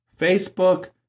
Facebook